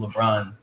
LeBron